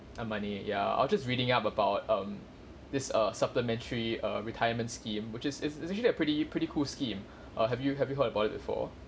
and money ya I was just reading up about um this err supplementary err retirement scheme which is it's it's actually a pretty pretty cool scheme err have you have you heard about it before